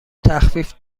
تخفیف